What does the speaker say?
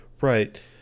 right